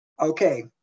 Okay